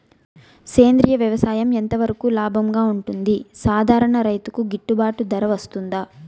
సేంద్రియ వ్యవసాయం ఎంత వరకు లాభంగా ఉంటుంది, సాధారణ రైతుకు గిట్టుబాటు ధర వస్తుందా?